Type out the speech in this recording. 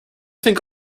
think